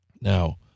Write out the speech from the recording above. Now